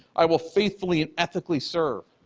i will faithfully and ethically serve.